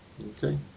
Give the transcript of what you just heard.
Okay